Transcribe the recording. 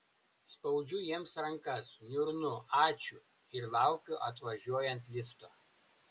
spaudžiu jiems rankas niurnu ačiū ir laukiu atvažiuojant lifto